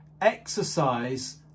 Exercise